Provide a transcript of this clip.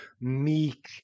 meek